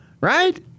right